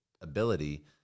ability